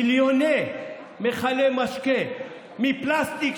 מיליוני מכלי משקה מפלסטיק,